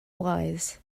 wise